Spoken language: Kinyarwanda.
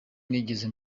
nigeze